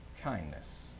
kindness